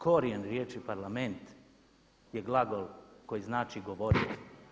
Korijen riječi Parlament je glagol koji znači govoriti.